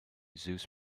zeus